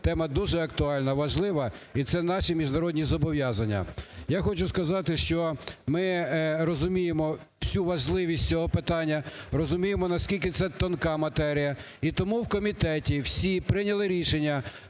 Тема дуже актуальна, важлива, і це наші міжнародні зобов'язання. Я хочу сказати, що ми розуміємо всю важливість цього питання, розуміємо, наскільки це тонка матерія. І тому в комітеті всі прийняли рішення,